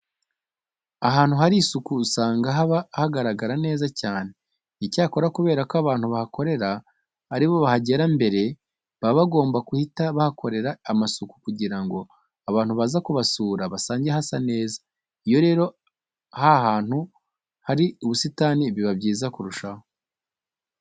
Ahantu hari isuku usanga haba hagaragara neza cyane. Icyakora kubera ko abantu bahakorera ari bo bahagera mbere, baba bagomba guhita bahakorera amasuku kugira ngo abantu baza kubasura basange hasa neza. Iyo rero aha hantu hari ubusitani biba byiza kurushaho.